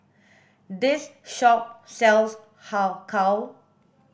this shop sells har kow